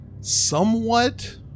somewhat